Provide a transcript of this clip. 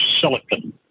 silicon